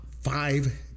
five